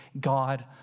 God